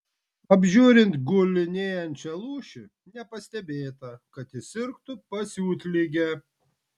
apžiūrint gulinėjančią lūšį nepastebėta kad ji sirgtų pasiutlige